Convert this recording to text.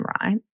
right